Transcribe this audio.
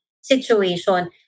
situation